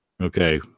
Okay